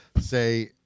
say –